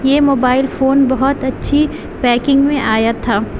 یہ mobile phone بہت اچھی پیکنگ میں آیا تھا